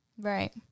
Right